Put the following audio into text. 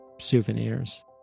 souvenirs